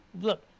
Look